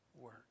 work